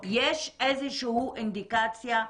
יש איזה שהיא אינדיקציה,